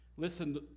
Listen